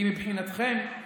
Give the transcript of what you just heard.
כי מבחינתכם,